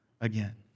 again